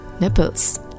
nipples